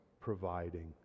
providing